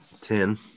Ten